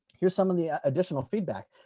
here's some of the additional feedback.